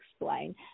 explain